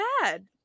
bad